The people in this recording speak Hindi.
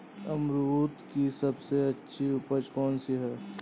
अमरूद की सबसे अच्छी उपज कौन सी है?